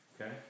Okay